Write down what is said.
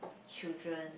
children